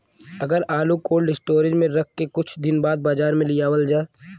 अगर आलू cold storage में रख के कुछ दिन बाद बाजार में लियावल जा?